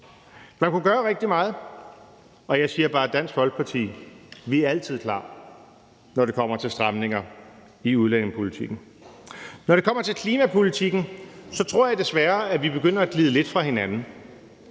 Man kunne gøre rigtig meget, og jeg siger bare, at Dansk Folkeparti altid er klar, når det kommer til stramninger i udlændingepolitikken. Når det kommer til klimapolitikken, tror jeg desværre, vi begynder at glide lidt fra hinanden.